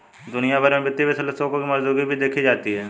दुनिया भर में वित्तीय विश्लेषकों की मौजूदगी भी देखी जाती है